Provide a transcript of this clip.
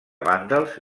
vàndals